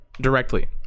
directly